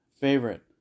Favorite